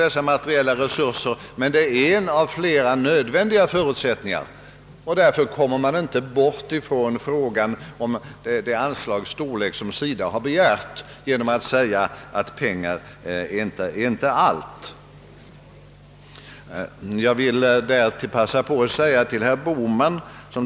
Dessa materiella resurser, är en av flera nödvändiga förutsättningar, och därför kommer man inte ifrån frågan om storleken av det anslag som SIDA har begärt genom att säga att pengar inte är allt. Herr Bohman